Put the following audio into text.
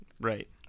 Right